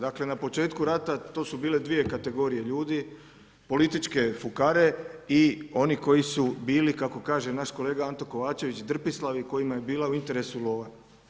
Dakle na početku rata to su bile dvije kategorije ljudi, političke fukare i oni koji su bili kako kaže naš kolega Anto Kovačević drpislavi kojima je bila u interesu lova.